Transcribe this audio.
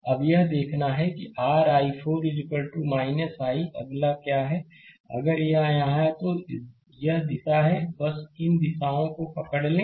अब यह देखना है कि r i4 I अगला क्या है अगर यह है तो यह दिशा है बस इन दिशाओं को पकड़ लें